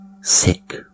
sick